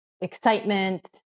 excitement